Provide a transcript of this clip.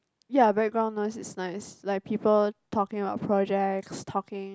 ya background noise is nice like people talking about projects talking